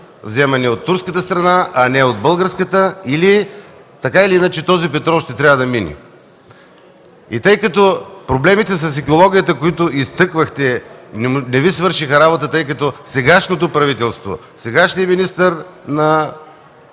вземани от турската страна, а не от българската, или така или иначе този петрол ще трябва да мине. Тъй като проблемите с екологията, които изтъквахте, не Ви свършиха работа, тъй като сегашното правителство, сегашният министър на